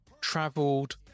traveled